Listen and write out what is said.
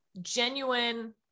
genuine